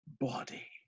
body